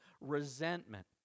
resentment